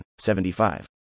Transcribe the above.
75